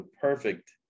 perfect